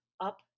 up